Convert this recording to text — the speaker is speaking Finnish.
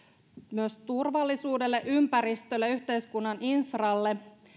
turvallisuudelle ympäristölle yhteiskunnan infralle